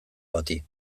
bati